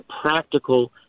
practical